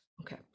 okay